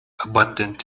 abundant